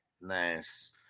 Nice